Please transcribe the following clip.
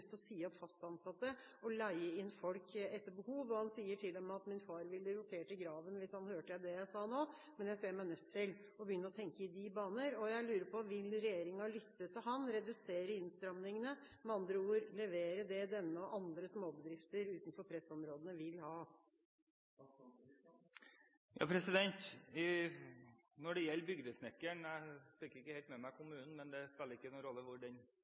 til å si opp fast ansatte og leie inn folk etter behov? Han sier til og med at hans far ville rotert i graven hvis han hadde hørt det han nå sier, men han ser seg nødt til å begynne å tenke i de baner. Jeg lurer på: Vil regjeringa lytte til denne mannen og redusere innstrammingene, med andre ord levere det denne og andre småbedrifter utenfor pressområdene vil ha? Når det gjelder Bygdesnekker’n – jeg fikk ikke helt med meg kommunen, men det spiller ikke noen rolle hvor den